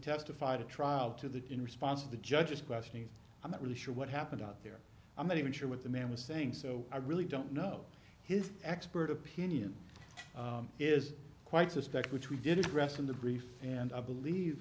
testified at trial to that in response to the judge's questioning i'm not really sure what happened out there i'm not even sure what the man was saying so i really don't know his expert opinion is quite suspect which we did address in the brief and i believe